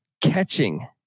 catching